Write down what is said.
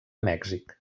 mèxic